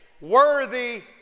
worthy